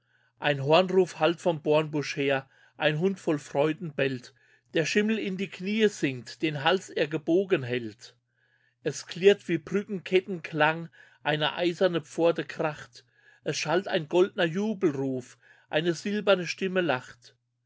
ein hornruf hallt vom bornbusch her ein hund voll freuden bellt der schimmel in die kniee sinkt den hals er gebogen hält es klirrt wie brückenkettenklang eine eiserne pforte kracht es schallt ein goldner jubelruf eine silberne stimme lacht